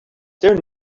there